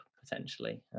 potentially